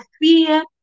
fear